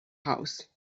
house